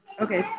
Okay